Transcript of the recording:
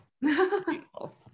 Beautiful